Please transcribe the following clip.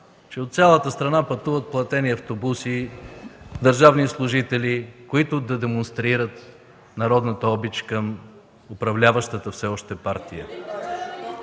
че от цялата страна пътуват платени автобуси, държавни служители, които да демонстрират народната обич към управляващата все още партия.